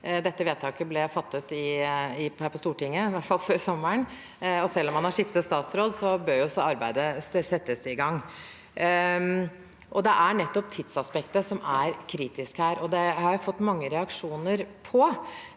dette vedtaket ble fattet på Stortinget, det var i hvert fall før sommeren. Selv om man har skiftet statsråd, bør arbeidet settes i gang. Det er nettopp tidsaspektet som er kritisk her, og det har jeg fått mange reaksjoner på.